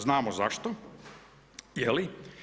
Znamo zašto, je li.